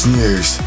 news